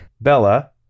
Bella